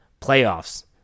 playoffs